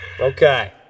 Okay